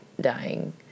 dying